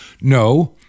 No